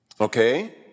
Okay